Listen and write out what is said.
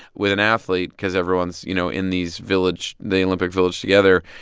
with an athlete because everyone's, you know, in these village the olympic village together.